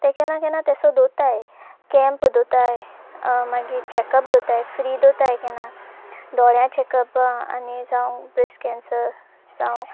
ते केन्ना केन्ना तशें दवरता कॅम्प दवरता मागीर चॅकअप दवरता फ्री दवरता केन्ना दोळ्यां चॅकअपां आनी जावं ब्रेस्ट कॅन्सर जावं